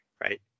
Right